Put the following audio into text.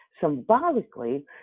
Symbolically